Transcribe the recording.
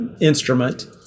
instrument